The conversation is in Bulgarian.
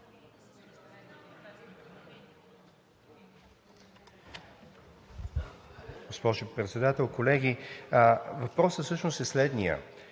Госпожо Председател, колеги! Въпросът всъщност е следният: